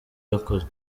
yakoze